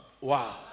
Wow